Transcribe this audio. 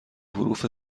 حروف